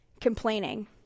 complaining